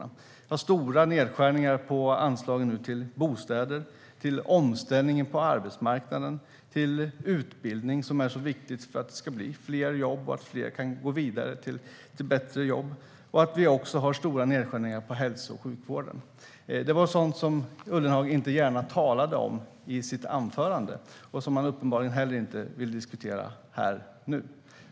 De vill göra stora nedskärningar på anslaget till bostäder, till omställningen på arbetsmarknaden, till utbildning som är så viktigt för att vi ska få fler jobb så att fler kan gå vidare till bättre jobb. Man vill också göra stora nedskärningar på hälso och sjukvården. Det var sådant som Ullenhag inte gärna talade om i sitt anförande och som han uppenbarligen inte heller vill diskutera här och nu.